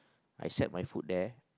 I set my foot there